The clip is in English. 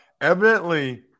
Evidently